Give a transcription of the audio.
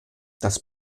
das